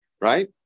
right